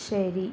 ശരി